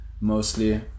mostly